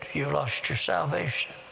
you lost your salvation!